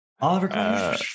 Oliver